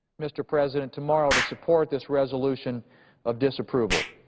mr. president, tomorrow to support this resolution of disapproval.